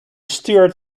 stuart